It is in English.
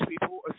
people